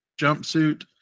jumpsuit